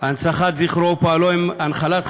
(הנצחת זכרו ופועלו) הן הנחלת חזונו,